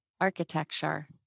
architecture